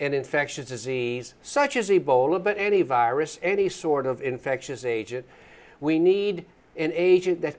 an infectious disease such as ebola but any virus any sort of infectious agent we need an agent that